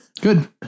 Good